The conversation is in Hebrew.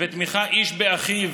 ותמיכה איש באחיו